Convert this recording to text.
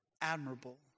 admirable